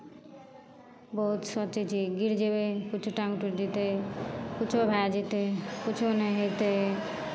बहुत सोचै छियै गिर जेबै किछो टाङ्ग टुटि जेतै किछो भए जेतै किछो नहि हेतै